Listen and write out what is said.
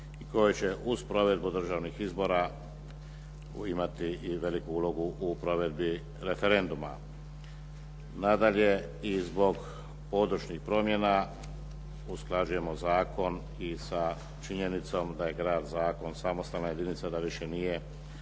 i koji će uz provedbu državnih izbora imati i veliku ulogu u provedbi referenduma. Nadalje, i zbog područnih promjena usklađujemo zakon i sa činjenicom da je grad …/Govornik se ne razumije./… samostalna jedinica da više nije